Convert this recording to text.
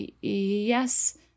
yes